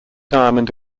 diamond